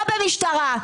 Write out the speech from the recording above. לא במשטרה.